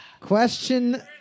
Question